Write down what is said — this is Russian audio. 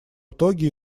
итоге